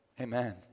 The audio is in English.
amen